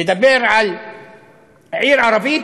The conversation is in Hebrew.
לדבר על עיר ערבית?